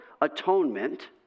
atonement